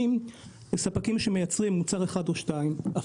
לספקים שמייצרים מוצר אחד או שניים,